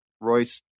Royce